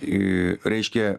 į reiškia